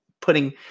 putting